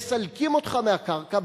מסלקים אותך מהקרקע,